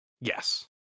yes